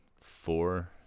four